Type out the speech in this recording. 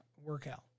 Workout